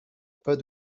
pas